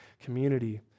community